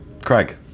Craig